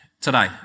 today